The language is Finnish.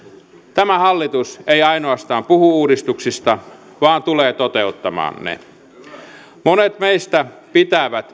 tämä hallitus ei ainoastaan puhu uudistuksista vaan tulee toteuttamaan ne monet meistä pitävät